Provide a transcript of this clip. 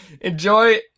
enjoy